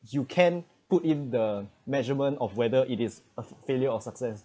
you can put in the measurement of whether it is a failure or success